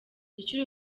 icyo